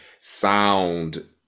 sound